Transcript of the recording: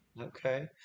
Okay